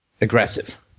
aggressive